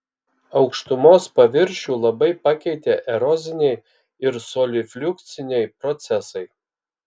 aukštumos paviršių labai pakeitė eroziniai ir solifliukciniai procesai